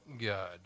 God